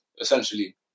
essentially